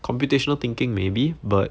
computational thinking maybe but